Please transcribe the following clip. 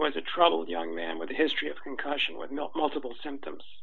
was a troubled young man with a history of concussion with multiple symptoms